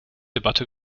debatte